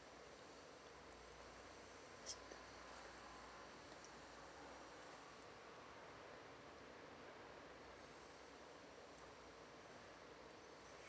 s~ uh